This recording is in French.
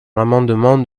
l’amendement